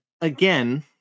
again